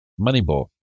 Moneyball